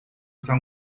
usar